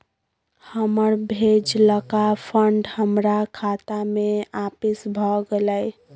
हमर भेजलका फंड हमरा खाता में आपिस भ गेलय